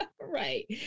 Right